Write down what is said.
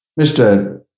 Mr